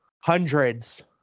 hundreds